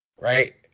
Right